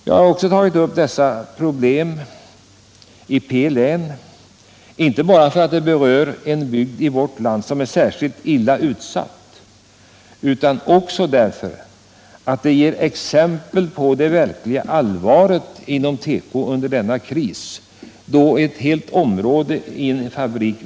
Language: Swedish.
Jag har tagit upp detta problem i P län inte bara därför att det berör en bygd i vårt land som är särskilt illa utsatt, utan också därför att det ger exempel på allvaret i denna kris inom tekoindustrin.